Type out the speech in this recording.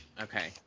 Okay